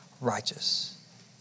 righteous